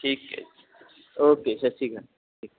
ਠੀਕ ਹੈ ਓਕੇ ਸਤਿ ਸ਼੍ਰੀ ਅਕਾਲ ਠੀਕ